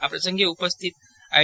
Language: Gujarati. આ પ્રસંગે ઉપસ્થિત આઇ